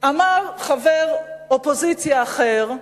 אמר חבר אופוזיציה אחר: